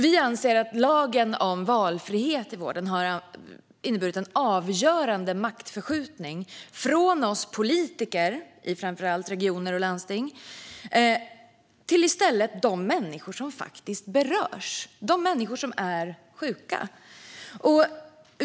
Vi anser att lagen om valfrihet i vården har inneburit en avgörande maktförskjutning från oss politiker i framför allt regioner och landsting till de människor som faktiskt berörs, de människor som är sjuka.